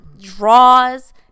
Draws